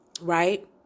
right